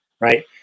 right